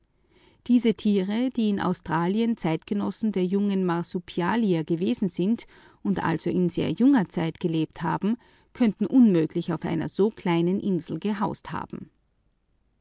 diese tiere die in australien zeitgenossen der großen beuteltiere gewesen sind und also in sehr junger zeit gelebt haben können unmöglich auf einer so kleinen insel gehaust haben